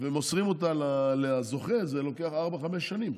ומוסרים אותה לזוכה זה לוקח ארבע-חמש שנים,